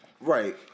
Right